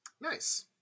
Nice